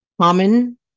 Common